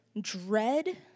dread